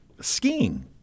Skiing